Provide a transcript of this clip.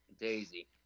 Daisy